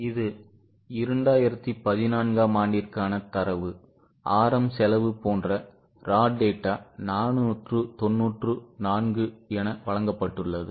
எனவே இது 2014 ஆம் ஆண்டிற்கான தரவு RM செலவு போன்ற raw data 494 என வழங்கப்பட்டுள்ளது